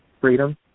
Freedom